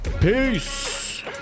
Peace